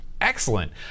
excellent